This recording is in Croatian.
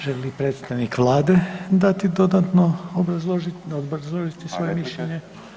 Želi li predstavnik Vlade dati dodatno, obrazložiti, obrazložiti svoje mišljenje?